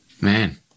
Man